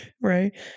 right